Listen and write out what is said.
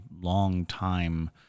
long-time